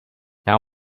how